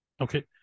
Okay